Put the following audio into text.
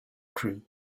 crew